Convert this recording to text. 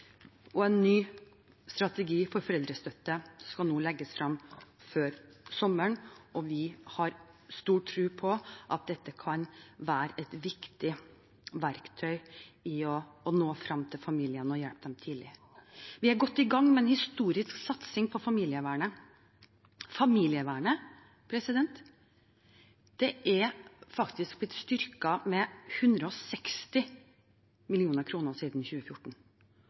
En ny strategi for foreldrestøtte skal legges frem før sommeren, og vi har stor tro på at dette kan være et viktig verktøy for å nå frem til familiene og hjelpe dem tidlig. Vi er godt i gang med en historisk satsing på familievernet. Familievernet er blitt styrket med 160 mill. kr siden 2014.